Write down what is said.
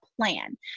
plan